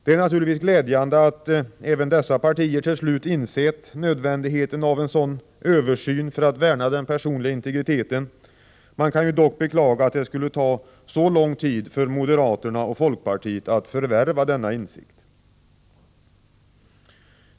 Det är naturligtvis glädjande att även dessa partier till slut insett nödvändigheten av en sådan översyn för att värna den personliga integriteten. Man kan dock beklaga att det skulle ta så lång tid för moderaterna och folkpartiet att förvärva denna insikt.